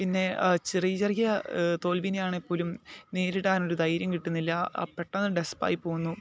പിന്നെ ചെറിയ ചെറിയ തോൽവിയാണെങ്കിൽ പോലും നേരിടാൻ ഒരു ധൈര്യം കിട്ടുന്നില്ല പെട്ടെന്ന് ഡെസ്പായി പോകുന്നു